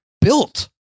built